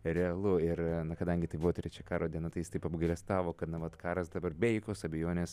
realu ir kadangi tai buvo trečia karo diena tai jis taip apgailestavo kad na vat karas dabar be jokios abejonės